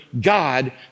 God